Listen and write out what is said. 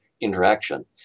interaction